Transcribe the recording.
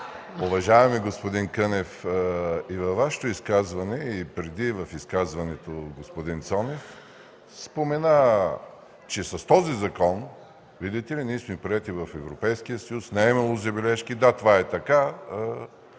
Уважаеми господин Кънев, и във Вашето изказване, и в изказването на господин Цонев се спомена, че с този закон, видите ли, ние сме приети в Европейския съюз и не е имало забележки. Да, това е така